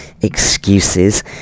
excuses